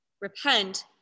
repent